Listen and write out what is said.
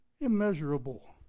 immeasurable